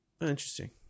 Interesting